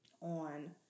on